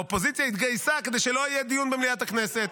האופוזיציה התגייסה כדי שלא יהיה דיון במליאת הכנסת.